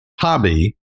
hobby